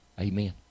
Amen